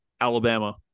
Alabama